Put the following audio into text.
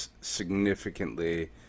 significantly